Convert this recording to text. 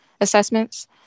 assessments